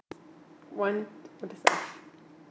one